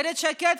איילת שקד,